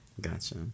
Gotcha